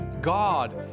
God